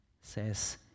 Says